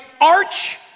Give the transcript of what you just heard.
arch